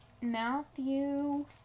Matthew